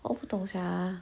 我不懂 sia